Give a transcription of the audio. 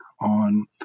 on